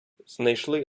знайшли